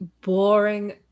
boring